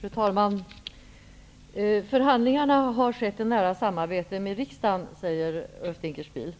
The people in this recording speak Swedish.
Fru talman! Förhandlingarna har skett i nära samarbete med riksdagen, säger Ulf Dinkelspiel.